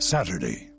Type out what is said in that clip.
Saturday